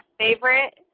favorite